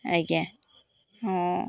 ଆଜ୍ଞା ହଁ